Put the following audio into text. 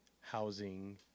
housing